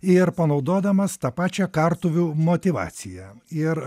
ir panaudodamas tą pačią kartuvių motyvaciją ir